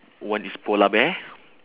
one is polar bear